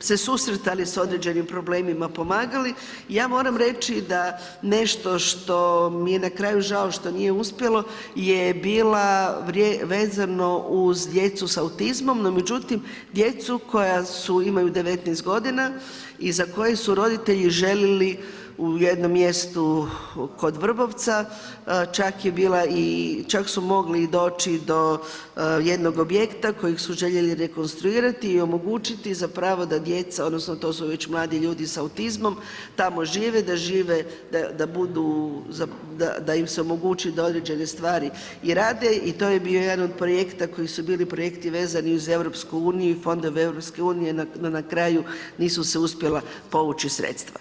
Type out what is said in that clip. se susretali s određenim problemima pomagali, ja moram reći da nešto što mi je na kraju žao što nije uspjelo je bila vezano uz djecu s autizmom, no međutim djecu koja imaju 19 godina i za koje su roditelji željeli u jednom mjestu kod Vrbovca, čak je bila, čak su mogli i doći do jednog objekta kojeg su željeli rekonstruirati i omogućiti zapravo da djeca odnosno tu su već mladi ljudi s autizmom tamo žive, da žive, da im se omogući da određene stvari i rade i to je bio jedan od projekta koji su bili projekti vezani uz EU i fondove EU no na kraju nisu se uspjela povući sredstva.